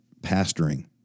Pastoring